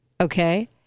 Okay